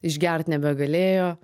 išgert nebegalėjo